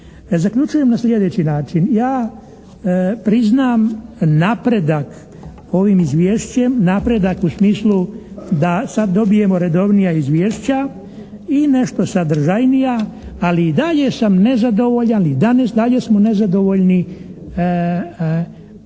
Zaključujem na sljedeći način. Ja priznam napredak ovim izvješćem, napredak u smislu da sada dobijemo redovnija izvješća i nešto sadržajnija, ali i dalje sam nezadovoljan, i dalje smo nezadovoljni stavom